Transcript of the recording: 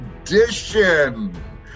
edition